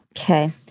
Okay